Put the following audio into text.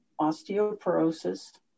osteoporosis